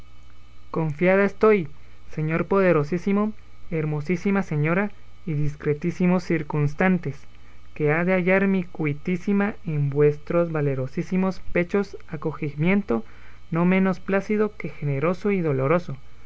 confiada estoy señor poderosísimo hermosísima señora y discretísimos circunstantes que ha de hallar mi cuitísima en vuestros valerosísimos pechos acogimiento no menos plácido que generoso y doloroso